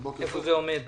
איפה זה עומד?